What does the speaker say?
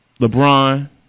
LeBron